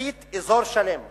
אזור שלם".